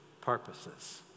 purposes